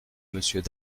monsieur